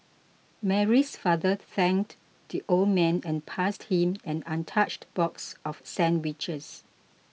Mary's father thanked the old man and passed him an untouched box of sandwiches